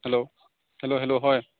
hello hello hello হয়